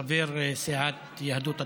חבר סיעת יהדות התורה,